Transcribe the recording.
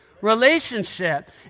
relationship